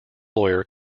lawyer